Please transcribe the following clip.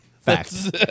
facts